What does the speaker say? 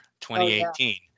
2018